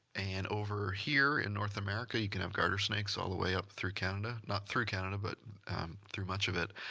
and over here in north america you can have garter snakes all the way up through canada. not through canada but through much of it.